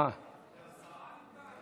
יש הצעת חוק זהה,